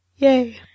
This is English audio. Yay